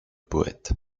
poète